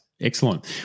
Excellent